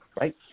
right